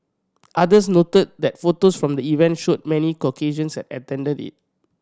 others noted that photos from the event showed many Caucasians had attended it